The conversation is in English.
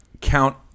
count